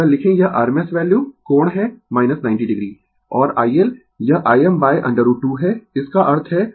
अगर लिखें यह rms वैल्यू कोण है 90 o और iL यह Im√ 2 है इसका अर्थ है यह है 90 o